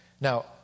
Now